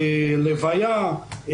לוויה,